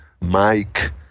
Mike